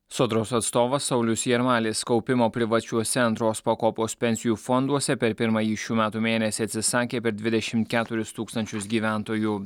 sodros atstovas saulius jarmalis kaupimo privačiuose antros pakopos pensijų fonduose per pirmąjį šių metų mėnesį atsisakė per dvidešimt keturis tūkstančius gyventojų